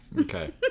Okay